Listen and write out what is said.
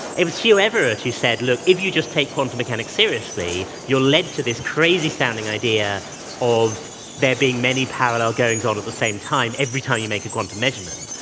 it was hugh everett who said, look, if you just take quantum mechanics seriously, you're led to this crazy sounding idea of there being many parallel goings-on at the same time every time you make a quantum measurement.